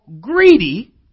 greedy